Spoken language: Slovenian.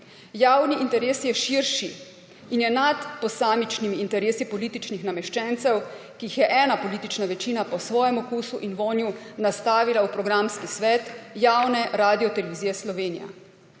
Javni interes je širši in je nad posamičnimi interesi političnih nameščencev, ki jih je ena politična večina po svojem okusu in vonju nastavila v programski svet javne Radiotelevizija Slovenija.